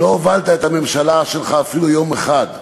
לא הובלת את הממשלה שלך אפילו יום אחד.